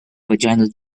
vaginal